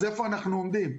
אז איפה אנחנו עומדים?